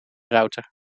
router